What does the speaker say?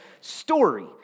story